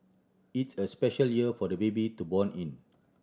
it's a special year for the baby to born in